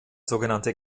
sogenannte